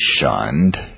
shunned